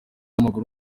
w’amaguru